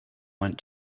went